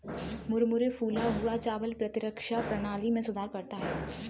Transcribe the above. मुरमुरे फूला हुआ चावल प्रतिरक्षा प्रणाली में सुधार करता है